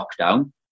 lockdown